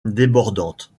débordante